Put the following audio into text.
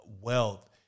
wealth